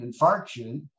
infarction